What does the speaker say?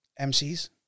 MCs